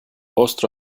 остро